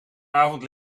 avond